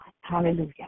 Hallelujah